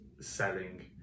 selling